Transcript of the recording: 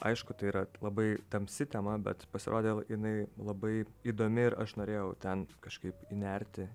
aišku tai yra labai tamsi tema bet pasirodė jinai labai įdomi ir aš norėjau ten kažkaip įnerti